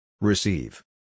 Receive